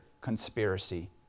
conspiracy